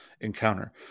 encounter